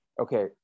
okay